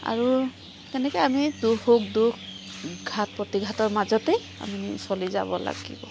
আৰু তেনেকৈ আমি দুখ সুখ দুখ ঘাট প্ৰতিঘাটৰ মাজতে আমি চলি যাব লাগিব